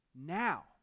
now